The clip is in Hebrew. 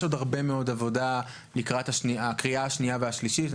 עוד הרבה מאוד עבודה לקראת הקריאה השנייה והשלישית.